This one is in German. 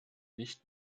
nicht